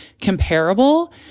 comparable